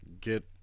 get